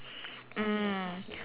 um